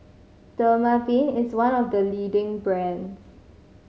Dermaveen is one of the leading brands